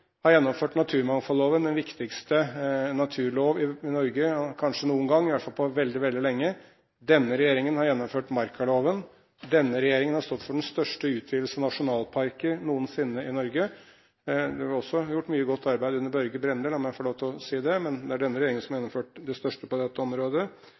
har gjennomført naturmangfoldloven – den viktigste naturlov i Norge kanskje noen gang, i hvert fall på veldig, veldig lenge. Denne regjeringen har gjennomført markaloven, og denne regjeringen har stått for den største utvidelse av nasjonalparker noensinne i Norge. Det ble også gjort mye godt arbeid under Børge Brende, la meg få lov til å si det, men det er denne regjeringen som har gjennomført det meste på dette området.